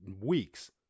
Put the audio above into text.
weeks